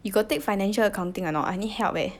you got take financial accounting or not I need help eh